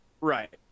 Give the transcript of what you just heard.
right